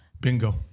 bingo